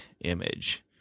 image